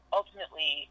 ultimately